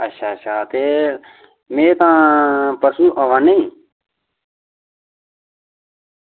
अच्छा अच्छा ते में तां परसों आवा ना ई